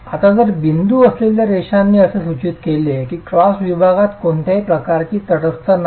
आता जर बिंदू असलेल्या रेषांनी असे सूचित केले की क्रॉस विभागात कोणत्याही प्रकारची तटस्थता नाही